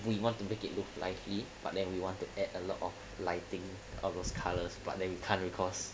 would you want to make it looked lively but then we want to add a lot of lighting of those colours but then you can't recourse